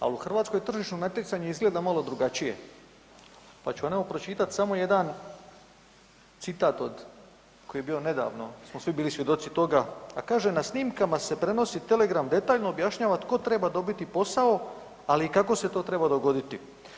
Ali u Hrvatskoj tržišno natjecanje izgleda malo drugačije, pa ću vam pročitat samo jedan citat koji je bio nedavno jel smo svi bili svjedoci toga, a kaže „na snimkama se prenosi telegram detaljno objašnjava tko treba dobiti posao, ali i kako se to treba dogoditi.